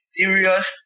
serious